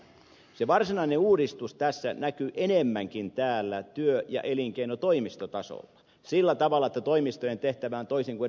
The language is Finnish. se varsinainen uudistus näkyy enemmänkin täällä työ ja elinkeinotoimistotasolla sillä tavalla että toisin kuin ed